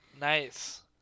Nice